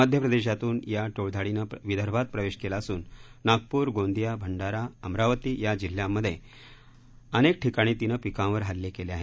मध्य प्रदेशातून या टोळधाडीनं विदर्भात प्रवेश केला असून नागप्र गोंदिया भंडारा अमरावती या जिल्हयांमधे अनेक ठिकाणी तिनं पिकांवर हल्ले केले आहेत